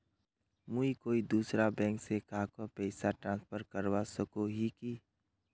मुई कोई दूसरा बैंक से कहाको पैसा ट्रांसफर करवा सको ही कि?